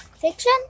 Fiction